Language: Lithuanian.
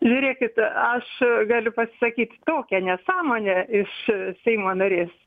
žiūrėkite aš galiu pasakyti tokią nesąmonę iš seimo narės